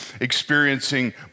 experiencing